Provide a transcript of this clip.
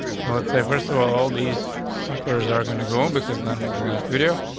so it's a first of all these suckers are going to go um because that was the last video.